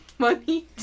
money